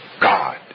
God